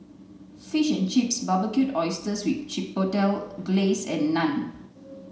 fish and chips Barbecued Oysters with Chipotle Glaze and Naan